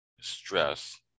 stress